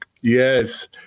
Yes